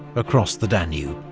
across the danube.